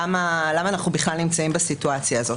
למה אנחנו בכלל נמצאים בסיטואציה הזאת.